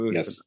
Yes